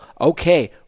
okay